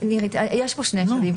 נירית, יש פה שני שלבים.